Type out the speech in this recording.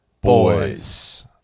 boys